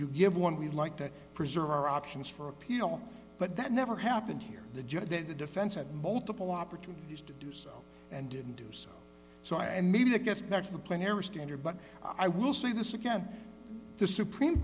you give one we'd like to preserve our options for appeal but that never happened here the judge that the defense had multiple opportunities to do so and didn't do so so and maybe that gets back to the play area standard but i will say this again the supreme